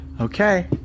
Okay